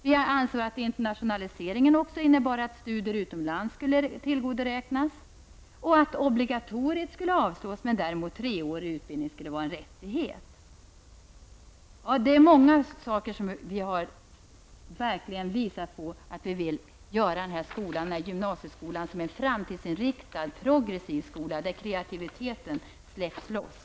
Vi anser att internationaliseringen innebär att studier utomlands borde kunna tillgodoräknas. Obligatoriet kan avskaffas men treårig utbildning skall vara en rättighet. Vi har verkligen visat på många saker för att göra gymnasieskolan till en framtidsinriktad och progressiv skolan, där kreativiteten släpps loss.